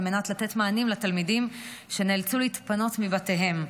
מנת לתת מענים לתלמידים שנאלצו להתפנות מבתיהם,